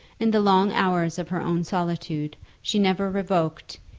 in the long hours of her own solitude she never revoked,